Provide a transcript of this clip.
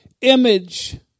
image